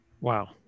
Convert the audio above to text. Wow